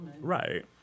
Right